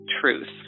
truth